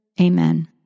Amen